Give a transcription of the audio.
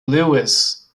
lewis